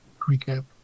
recap